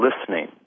listening